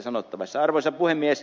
arvoisa puhemies